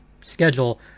schedule